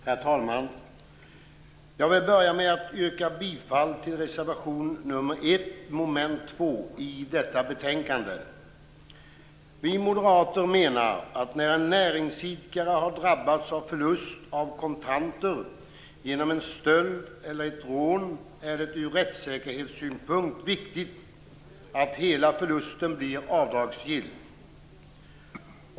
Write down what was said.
Herr talman! Jag vill börja med att yrka bifall till reservation 1 under mom. 2 i detta betänkande. Vi moderater menar att när en näringsidkare har drabbats av förlust av kontanter genom en stöld eller ett rån är det ur rättssäkerhetssynpunkt viktigt att hela förlusten blir avdragsgill.